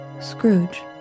Scrooge